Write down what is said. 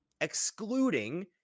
excluding